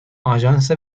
آژانس